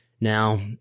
Now